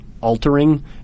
altering